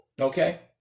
Okay